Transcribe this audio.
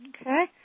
Okay